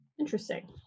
Interesting